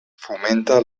fomenta